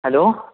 hello